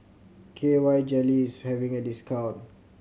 K Y Jelly is having a discount